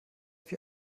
wie